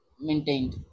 maintained